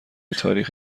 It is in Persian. تاریخ